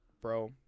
Bro